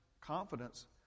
confidence